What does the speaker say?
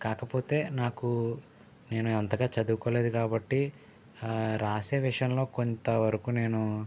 కాకపోతే నాకు నేను అంతగా చదువుకోలేదు కాబట్టి రాసే విషయంలో కొంతవరకు నేను